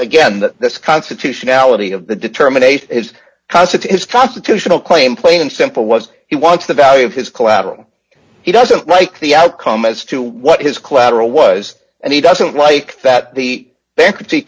that this constitutionality of the determinate concept is constitutional claim plain and simple was he wants the value of his collateral he doesn't like the outcome as to what his collateral was and he doesn't like that the bankruptcy